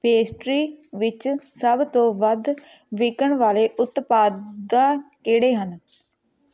pastry ਵਿੱਚ ਸੱਭ ਤੋਂ ਵੱਧ ਵਿਕਣ ਵਾਲੇ ਉਤਪਾਦ ਕਿਹੜੇ ਹਨ